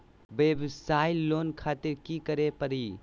वयवसाय लोन खातिर की करे परी?